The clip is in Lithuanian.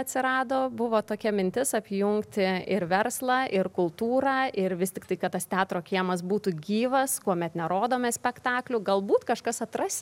atsirado buvo tokia mintis apjungti ir verslą ir kultūrą ir vis tiktai kad tas teatro kiemas būtų gyvas kuomet nerodome spektaklių galbūt kažkas atras